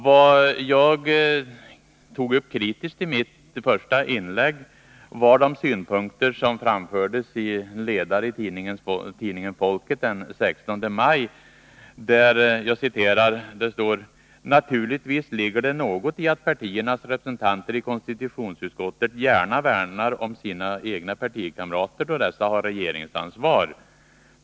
Vad jag tog upp kritiskt i mitt första inlägg var de synpunkter som framfördes i en ledare i tidningen Folket den 16 maj, där det står: ”Naturligtvis ligger det något i att partiernas representanter i konstitutionsutskottet gärna värnar om sina egna partikamrater, då dessa har regeringsansvar.